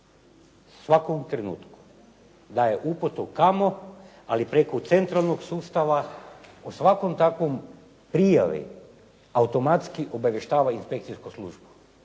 svakom trenutku daje uputu kamo, ali preko centralnog sustava o svakom takvom prijavi automatski obavještava inspekcijsku službu.